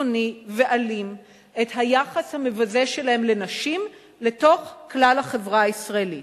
קיצוני ואלים את היחס המבזה שלהם לנשים לתוך כלל החברה הישראלית,